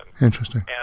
Interesting